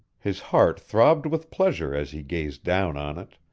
his heart throbbed with pleasure as he gazed down on it,